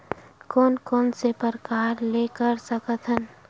कोन कोन से प्रकार ले कर सकत हन?